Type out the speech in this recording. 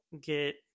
get